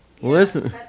Listen